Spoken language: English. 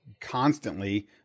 constantly